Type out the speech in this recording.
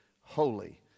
Holy